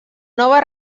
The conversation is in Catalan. nova